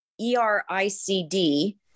ericd